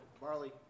Marley